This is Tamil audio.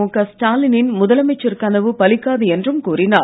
முக ஸ்டாலினின் முதலமைச்சர் கனவு பலிக்காது என்றும் கூறினார்